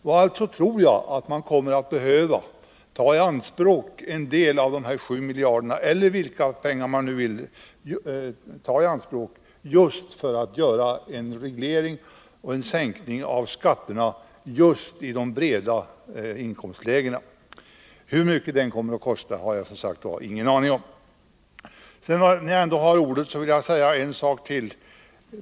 Jag tror alltså att vi behöver ta i anspråk en del av de här 7 miljarderna — eller vilka pengar man vill ta i anspråk — för att göra en reglering och sänkning av skatterna just i de breda inkomstlägena. Hur mycket den kommer att kosta har jag som sagt ingen aning om. När jag ändå har ordet vill jag säga en sak till.